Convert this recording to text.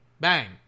Bang